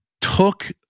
took